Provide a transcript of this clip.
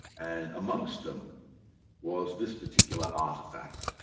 and amongst them was this particular artifact.